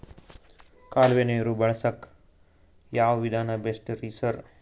ಕಾಲುವೆ ನೀರು ಬಳಸಕ್ಕ್ ಯಾವ್ ವಿಧಾನ ಬೆಸ್ಟ್ ರಿ ಸರ್?